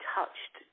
touched